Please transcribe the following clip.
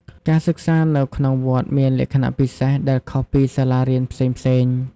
ការសិក្សានៅក្នុងវត្តមានលក្ខណៈពិសេសដែលខុសពីសាលារៀនផ្សេងៗ។